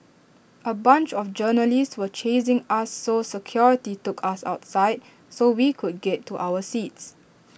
A bunch of journalists were chasing us so security took us outside so we could get to our seats